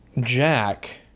Jack